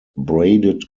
braided